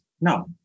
No